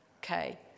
Okay